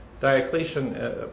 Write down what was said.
Diocletian